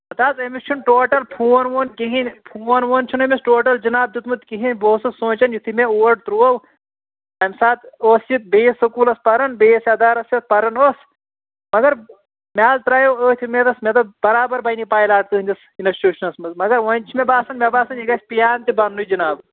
ہَتہٕ حظ أمِس چھُنہٕ ٹوٹَل فون وون کِہیٖنۍ فون وون چھُنہٕ أمِس ٹوٹَل جِناب دیُتمُت کِہیٖنۍ بہٕ اوسُس سونٛچان یُتھُے مےٚ اور ترٛوو اَمہِ ساتہٕ اوس یہِ بیٚیِس سکوٗلَس پَران بیٚیِس اِدارَس یَتھ پَران اوس مگر مےٚ حظ ترٛایو أتھۍ اُمیٖدَس مےٚ دوٚپ برابر بَنہِ یہِ پَیلاٹ تٕہٕنٛدِس اِنَسٹیوٗشنَس منٛز مگر وۄنۍ چھُ مےٚ باسان مےٚ باسان یہِ گژھِ پِیان تہِ بَننُے جِناب